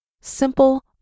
Simple